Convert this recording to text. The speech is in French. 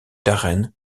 darren